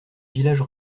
village